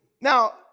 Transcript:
Now